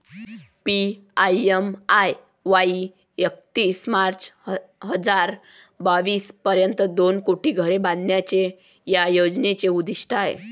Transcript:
PMAY एकतीस March हजार बावीस पर्यंत दोन कोटी घरे बांधण्याचे या योजनेचे उद्दिष्ट आहे